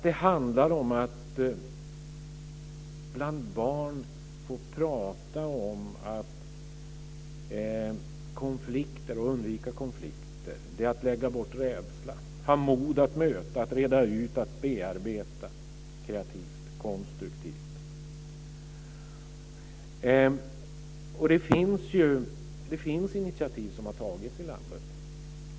Det handlar om att bland barn får prata om att detta att undvika konflikter är att lägga bort rädsla, ha mod att möta, att reda ut, att bearbeta kreativt, konstruktivt. Det har tagits initiativ i landet.